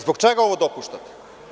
Zbog čega ovo dopuštate?